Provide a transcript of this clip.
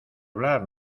hablar